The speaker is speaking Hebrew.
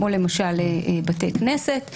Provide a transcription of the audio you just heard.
כמו למשל בתי כנסת,